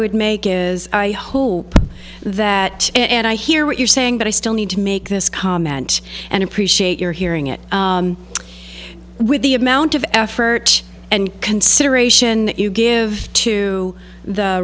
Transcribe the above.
would make is i hope that and i hear what you're saying but i still need to make this comment and appreciate you're hearing it with the amount of effort and consideration you give to the